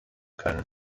können